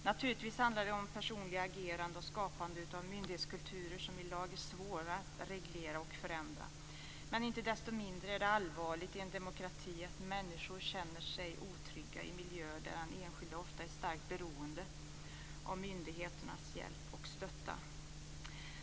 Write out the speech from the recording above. Naturligtvis handlar det om personligt agerande och om skapandet av myndighetskulturer som det i lag är svårt att reglera och förändra. Men inte desto mindre är det i en demokrati allvarligt att människor känner sig otrygga i miljöer där den enskilde ofta är starkt beroende av myndigheternas hjälp och stötta.